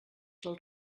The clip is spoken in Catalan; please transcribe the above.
del